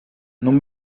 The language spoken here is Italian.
non